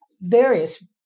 various